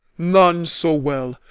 none so well,